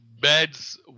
beds